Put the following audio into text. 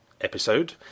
episode